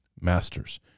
masters